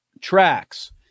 tracks